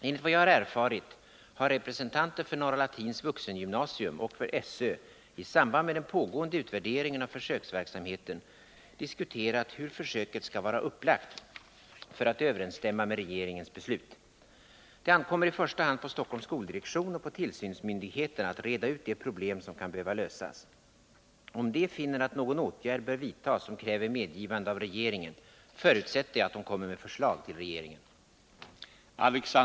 Enligt vad jag har erfarit har representanter för Norra latins vuxengymnasium och för SÖ i samband med den pågående utvärderingen av försöksverksamheten diskuterat hur försöket skall vara upplagt för att överensstämma med regeringens beslut. Det ankommer i första hand på Stockholms skoldirektion och på tillsynsmyndigheterna att reda ut de problem som kan behöva lösas. Om de finner att någon åtgärd bör vidtas som kräver medgivande av regeringen, förutsätter jag att de kommer med förslag till regeringen.